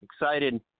excited